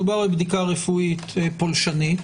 מדובר בבדיקה רפואית פולשנית